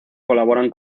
colaboran